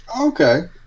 Okay